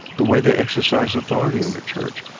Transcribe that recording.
the way they exercise authority in the church.